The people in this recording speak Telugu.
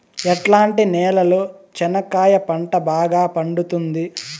ఎట్లాంటి నేలలో చెనక్కాయ పంట బాగా పండుతుంది?